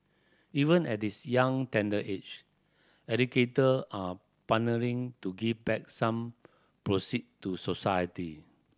even at this young tender age educator are partnering to give back some proceed to society